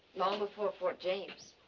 long before port james.